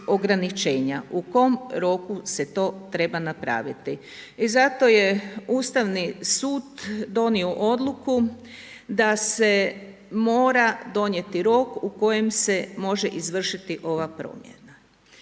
ograničenja, u kojem roku se to treba napraviti. I zato je Ustavni sud donio odluku da se mora donijeti rok u kojem se može izvršiti ova promjena.